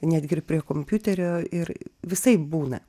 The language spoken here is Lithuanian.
netgi ir prie kompiuterio ir visaip būna